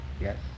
Yes